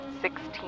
sixteen